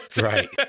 Right